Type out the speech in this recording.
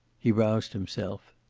he roused himself.